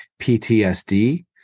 PTSD